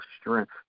strength